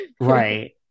Right